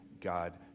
God